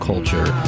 Culture